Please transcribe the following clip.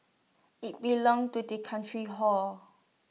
IT belongs to the country hor